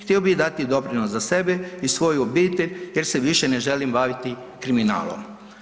Htio bih dati doprinos za sebe i svoju obitelj jer se više ne želim baviti kriminalom.